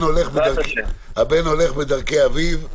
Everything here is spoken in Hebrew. הבן הולך בדרכי אביו,